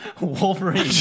Wolverine